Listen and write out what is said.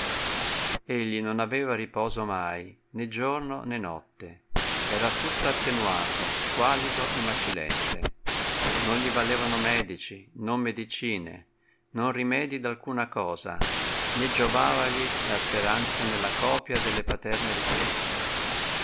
egli non aveva riposo mai né giorno né notte era tutto attenuato squallido e macilente non gli valevano medici non medicine non rimedii d'alcuna cosa né giovavali la speranza nella copia delle paterne ricchezze